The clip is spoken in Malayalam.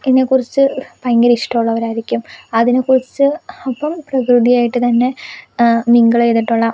പ്രകൃതിനെ കുറിച്ച് ഭയങ്കര ഇഷ്ടമുള്ളവർ ആയിരിക്കും അതിനെ കുറിച്ച് അപ്പം പ്രകൃതിയായിട്ട് തന്നെ മിങ്കിൾ ചെയ്തിട്ടുള്ള